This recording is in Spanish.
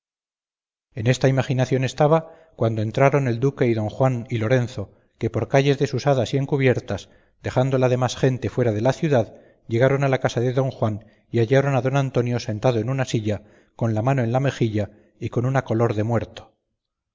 en esta imaginación estaba cuando entraron el duque y don juan y lorenzo que por calles desusadas y encubiertas dejando la demás gente fuera de la ciudad llegaron a la casa de don juan y hallaron a don antonio sentado en una silla con la mano en la mejilla y con una color de muerto